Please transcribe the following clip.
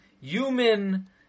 human